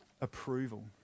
Approval